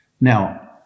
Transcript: Now